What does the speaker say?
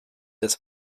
des